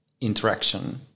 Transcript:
interaction